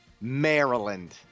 Maryland